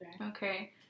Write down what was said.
okay